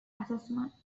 assessment